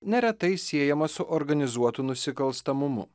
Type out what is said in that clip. neretai siejama su organizuotu nusikalstamumu